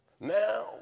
Now